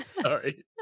Sorry